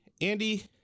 Andy